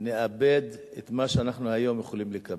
נאבד את מה שאנחנו היום יכולים לקבל.